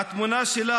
אדוני,